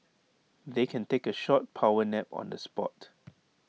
they can take A short power nap on the spot